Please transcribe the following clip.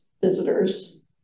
visitors